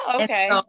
okay